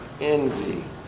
envy